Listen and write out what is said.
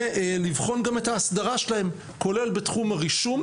ולבחון גם את ההסדרה שלהם, כולל בתחום הרישום,